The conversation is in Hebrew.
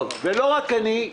ולא רק אני,